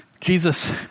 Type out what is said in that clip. Jesus